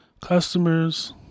customers